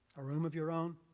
a room of your own.